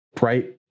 right